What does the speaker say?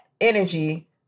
energy